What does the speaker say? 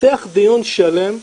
התפתח דיון שלם.